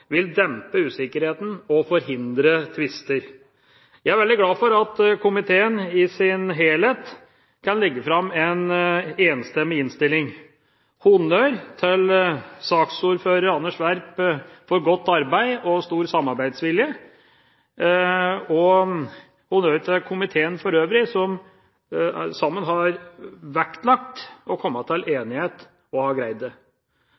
vil dempe usikkerheten og forhindre tvister. Jeg er veldig glad for at komiteen i sin helhet kan legge fram en enstemmig innstilling. En honnør til saksordføreren, Anders Werp, for et godt arbeid og stor samarbeidsvilje, og honnør til komiteen for øvrig som sammen har vektlagt å komme til